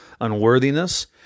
unworthiness